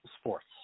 sports